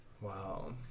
Wow